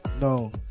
No